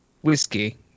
whiskey